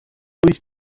ich